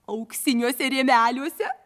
auksiniuose rėmeliuose